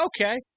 okay